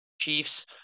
Chiefs